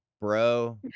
bro